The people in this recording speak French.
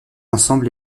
ensemble